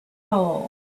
hole